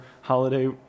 holiday